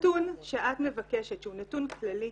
הנתון שאת מבקשת שהוא נתון כללי,